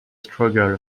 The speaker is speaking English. struggle